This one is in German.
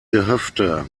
gehöfte